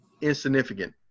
insignificant